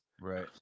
Right